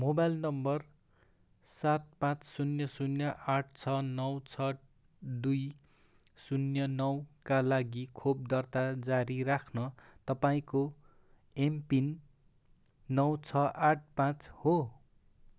mobile number सात पाँच शून्य शून्य आठ छ नौ छ दुई शून्य नौ का लागि खोप दर्ता जारी राख्न तपाईँको एमपिन नौ छ आठ पाँच हो